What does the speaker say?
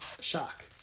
shock